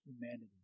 humanity